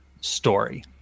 story